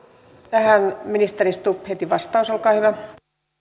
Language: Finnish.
tähän ministeri stubb heti vastaus olkaa hyvä